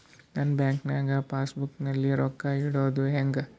ನಾ ಬ್ಯಾಂಕ್ ನಾಗ passbook ನಲ್ಲಿ ರೊಕ್ಕ ಇಡುದು ಹ್ಯಾಂಗ್?